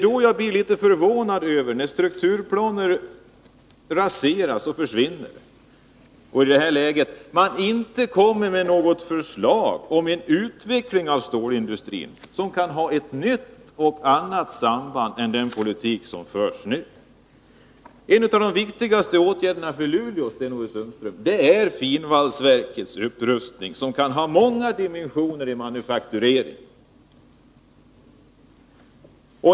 Då blir man litet förvånad över att strukturplaner raseras och försvinner och det inte kommer något förslag till utveckling av stålindustrin som kan ha ett nytt och annat innehåll än den politik som förs nu. En av de viktigaste åtgärderna för Luleå, Sten-Ove Sundström, är finvalsverkets upprustning, som kan ha många dimensioner i manufakturering.